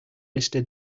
mister